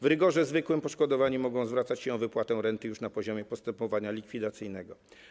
W rygorze zwykłym poszkodowani mogą zwracać się o wypłatę renty już na poziomie postępowania likwidacyjnego.